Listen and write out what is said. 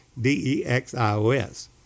D-E-X-I-O-S